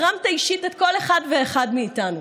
החרמת אישית את כל אחד ואחד מאיתנו,